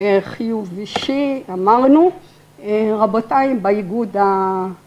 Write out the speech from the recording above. חיוב אישי אמרנו רבותיי באיגוד